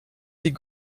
die